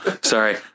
sorry